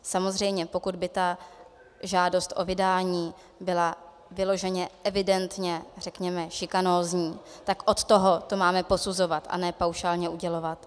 Samozřejmě, pokud by ta žádost o vydání byla vyloženě evidentně řekněme šikanózní, tak od toho to máme posuzovat, a ne paušálně udělovat.